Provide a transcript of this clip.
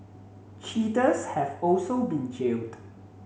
cheaters have also been jailed